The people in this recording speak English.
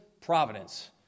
providence